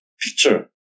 picture